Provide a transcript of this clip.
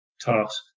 task